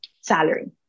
salary